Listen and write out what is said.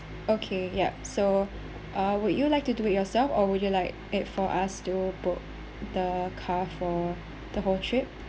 okay yup so uh would you like to do it yourself or would you like it for us to book the car for the whole trip